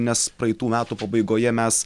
nes praeitų metų pabaigoje mes